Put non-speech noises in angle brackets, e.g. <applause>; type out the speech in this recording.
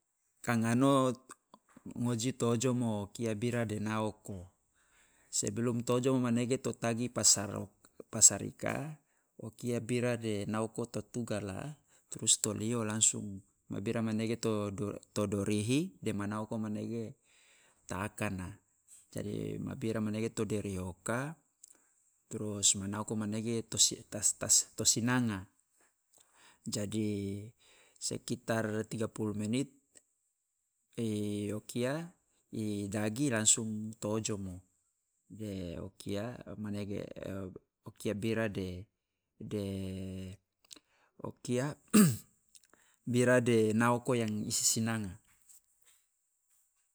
Kangano ngoji to ojomo o kia bira de naoko. Sebelum to ojomo manege to tagi pasar <unintelligible> pasar ika, o kia bira de naoko to tugala trus to lio langsung ma bira manege to do to dorihi de ma naoko manege ta akana. Jadi ma bira manege to derioka trus ma naoko manege to si <unintelligible> ta sinanga. Jadi, sekitar 30 menit <hesitation> o kia i <hesitation> dagi langsung to ojomo, de o kia manege <hesitation> o kia bira de <hesitation> o kia <noise> bira de naoko yang i sisinanga.